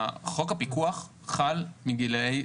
חוק הפיקוח חל מגילאי,